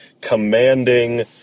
commanding